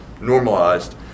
normalized